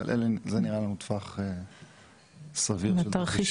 אבל זה נראה לנו טווח סביר של תרחישים.